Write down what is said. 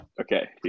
Okay